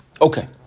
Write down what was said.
Okay